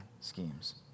schemes